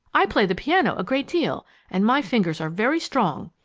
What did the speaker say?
i play the piano a great deal and my fingers are very strong.